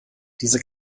diese